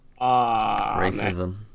racism